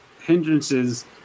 hindrances